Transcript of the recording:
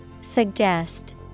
suggest